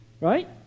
right